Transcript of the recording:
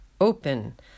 open